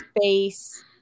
space